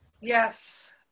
yes